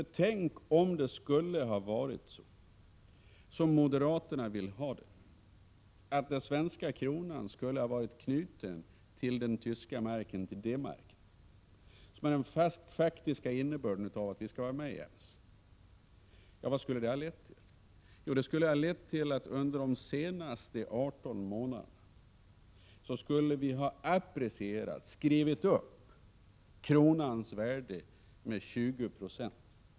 Betänk om det skulle ha varit så som moderaterna vill ha det, att den svenska kronan hade varit knuten till den tyska D-marken, vilket är den faktiska innebörden av att vi skulle vara med i EMS. Vad hade det lett till? Jo, till att vi under de senaste 18 månaderna skulle ha apprecierat, dvs. skrivit upp, kronans värde med 20 96.